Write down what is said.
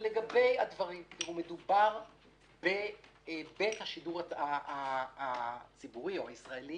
מדובר על בית השידור הציבורי או הישראלי